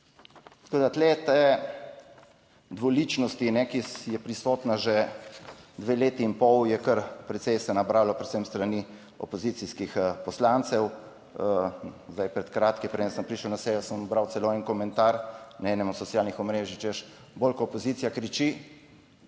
da tu te dvoličnosti, ki je prisotna že dve leti in pol, je kar precej se je nabralo, predvsem s strani opozicijskih poslancev. Zdaj, pred kratkim, preden sem prišel na sejo, sem bral celo en komentar na enem od socialnih omrežij, češ, bolj ko opozicija kriči,